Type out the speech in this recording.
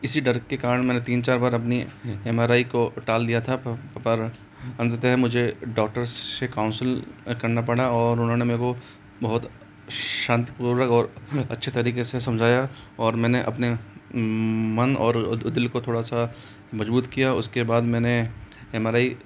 इसी दर्र के कारण मैंने तीन चार बार अपनी एम आर आई को टाल दिया था पर अंततः मुझे डॉक्टर से काउन्सिल करना पड़ा और उन्होंने मे को बहुत शान्तिपूर्वक और अच्छे तरीक़े से समझाया और मैंने अपने मन और दिल को थोड़ा सा मज़बूत किया उस के बाद मैंने एम आर आई